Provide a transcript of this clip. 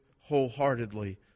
wholeheartedly